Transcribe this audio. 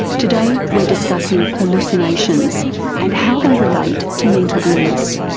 today we're discussing hallucinations and how they relate to mental illness.